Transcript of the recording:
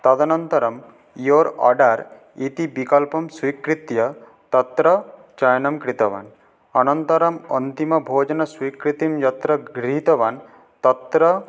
तदनन्तरं your order इति विकल्पं स्वीकृत्य तत्र चयनं कृतवान् अनन्तरं अन्तिमभोजनस्वीकृतिं यत्र गृहीतवान् तत्र